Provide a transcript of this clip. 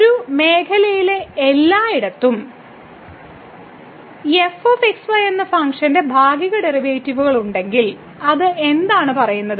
ഒരു മേഖലയിലെ എല്ലായിടത്തും fxy എന്ന ഫംഗ്ഷന് ഭാഗിക ഡെറിവേറ്റീവുകളുണ്ടെങ്കിൽ അത് എന്താണ് പറയുന്നത്